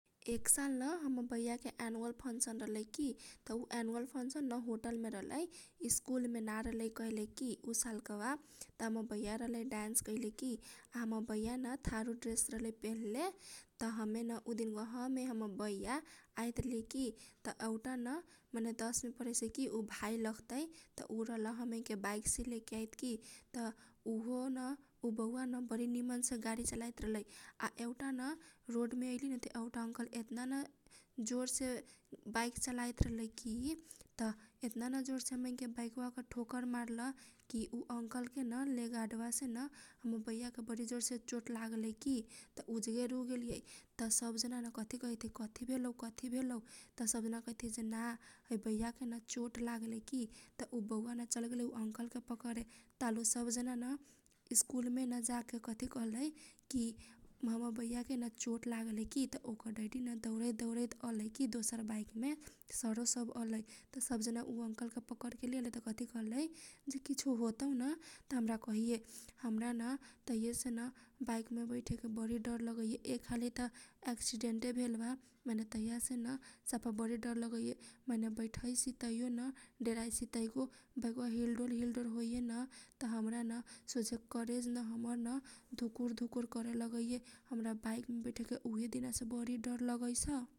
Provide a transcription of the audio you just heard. एक साल न हमर बाइए के एनुअल फनसन रहलै की। त उ एनुएल फनसन न होटल मे रलै स्कोल मे न रहलइ कैले की उ साल कवा त हमर बैया रहलइ डान्स कैले की। आ हमर बैया न थारु ड्रेस रह लै पेहनले। त हमे न उ दिनकवा हमे हमर बैया आइत रहली की त एउटा न माने दस मे पढैसै उ भाई लगतै। T रह ल बाइकसे लेके आइत उ बरी निमनसे गाडी चलाइत रहलै। आ एउटा न रोड मे अइलीन त एउटा अंकल एतना न जोरसे बाइक चलाइत रहलै की। त एतना जोरसे हमनीके बाइकवा डोकर मारल कि उ अंकल के न लेगाडवा सेन हमर बैयाके बरी जोरसे चोट लागलै की। त उ जगे रुक गेलीयै दस पन्द्र मिनेट त सब जना न‌ कथी कहैत है कथी भेलो भेलो त सब जना कथी कहैत ना है बैयाकेन चोट लागेलै कि। त उ बौवा न चल गेलै उ अंकल के पकरे तालु सब जना न‌ स्कूल मे जाके कथी कहलाई की हमर बैया के न चोट लागेल है की। त ओकर ड्याडी दौरैत दौरैत आलाई की दोसर बाइ मे सरो सब अलै। तब सब जना उ अंकल के पकरके लेअलै त कथी कहलै जे कुछो होतौन त हमरा कहीहे हमरा न तहिए सेन बाइकमे बइठेके बरी डर लगैए। एक हाली त एकसीडेनट भेलबा माने तहिया से न सफा बरी डर लगैए। माने बैठैसी तैयोन डेराइसी तिनको बाइकवा हिल गोल हिल डोल होइएन त हमरा ना सोझे करेजन हमर न धुकुर धुकुर करेलगैए हमरा बाइकमे बइठेके उहे दिना से बरी डर लगैस ।